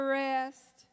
rest